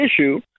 issue